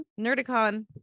Nerdicon